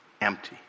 empty